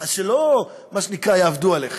אז שלא יעבדו עליכם,